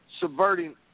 subverting